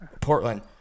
Portland